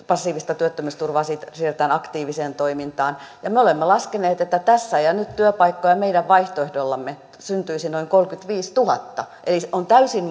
passiivista työttömyysturvaa siirretään aktiiviseen toimintaan me olemme laskeneet että tässä ja nyt työpaikkoja meidän vaihtoehdollamme syntyisi noin kolmekymmentäviisituhatta eli on täysin